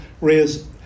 raise